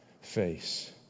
face